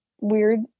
weird